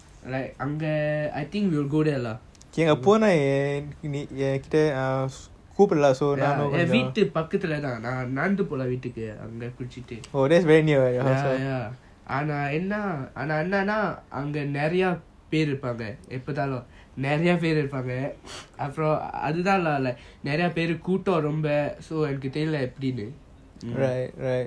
like அங்க:anga I think we will go there lah ya ஏன் வீடு பக்கத்துல தான் நான் நடந்து போலாம் வீட்டுக்கு அங்க குடிச்சிட்டு:yean veetu paakathula thaan naan nadathu polam veetuku anga kudichitu ya ya ஆனா என்ன ஆனா என்னனா அங்க நெறய பெரு இருப்பாங்க எப்போ பாத்தாலும் நெறய பெரு இருப்பாங்க அப்புறம் அது தஙள நெறய பெரு கூட்டம் ரொம்ப என்னக்கு தெரில எப்பிடின்னு:aana enna aana ennana anga neraya peru irupanga epo paathalum neraya peru irupanga apram athu thaanla nerya peru kootam romba ennaku terila epidinu